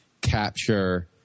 capture